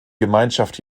gemeinschaft